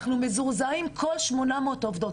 אנחנו מזועזעים כל 800 העובדות.